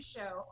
Show